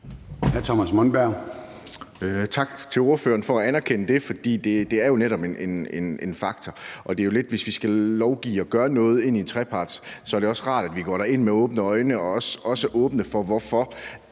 Tak til ordføreren for at anerkende det. For det er jo netop en faktor, og hvis vi skal lovgive og gøre noget i en trepartsforhandling, er det jo også rart, at vi går derind med åbne øjne, og at vi er åbne for, hvorfor